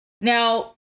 Now